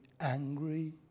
angry